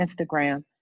Instagram